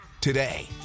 today